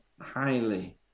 highly